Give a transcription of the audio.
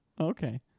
Okay